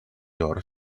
your